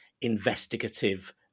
investigative